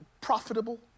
profitable